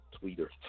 Twitter